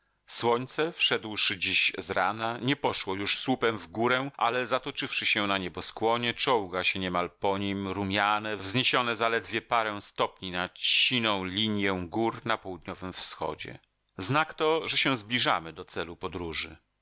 słońce wszedłszy dziś zrana nie poszło już słupem w górę ale zatoczywszy się na nieboskłonie czołga się niemal po nim rumiane wzniesione zaledwie parę stopni nad siną linję gór na południowym wschodzie znak to że się zbliżamy do celu podróży